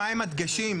מהם הדגשים,